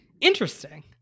interesting